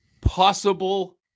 possible